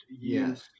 Yes